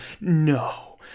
no